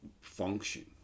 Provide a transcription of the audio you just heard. function